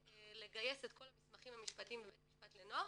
ולגייס את כל המסמכים המשפטיים בבית המשפט לנוער,